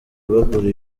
bagura